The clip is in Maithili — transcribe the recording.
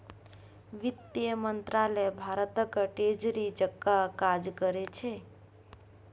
बित्त मंत्रालय भारतक ट्रेजरी जकाँ काज करै छै